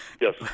Yes